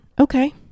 Okay